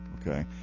Okay